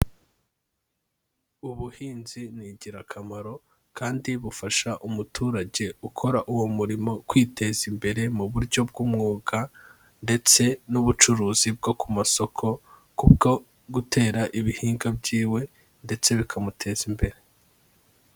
Ubuhinzi ni ingirakamaro kandi bufasha umuturage gukora uwo murimo kwiteza imbere mu buryo bw'umwuga ndetse n'ubucuruzi bwo ku masoko kubwo gutera ibihingwa byiwe ndetse bikamuteza imbere.